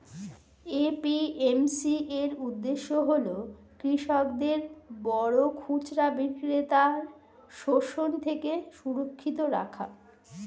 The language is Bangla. এ.পি.এম.সি এর উদ্দেশ্য হল কৃষকদের বড় খুচরা বিক্রেতার শোষণ থেকে সুরক্ষিত রাখা